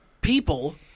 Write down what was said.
People